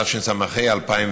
התשס"ה 2005,